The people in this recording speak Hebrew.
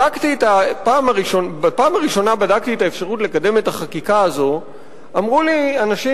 ובפעם הראשונה שבדקתי את האפשרות לקדם את החקיקה הזאת אמרו לי אנשים